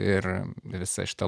ir visa šita